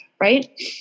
right